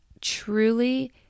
truly